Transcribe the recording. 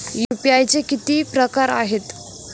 UPI चे किती प्रकार आहेत?